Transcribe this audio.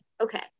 Okay